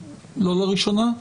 לא לראשונה?